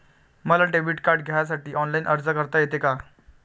मले debit card घ्यासाठी online अर्ज करता येते का?